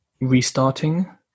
restarting